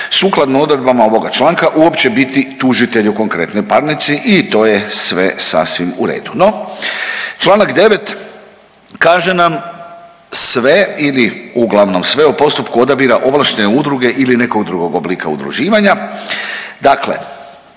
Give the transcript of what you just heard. sukladno odredbama ovoga članka uopće biti tužitelj u konkretnoj parnici i to je sve sasvim u redu. No čl. 9. kaže nam sve ili uglavnom sve o postupku odabira ovlaštene udruge ili nekog drugog oblika udruživanja, dakle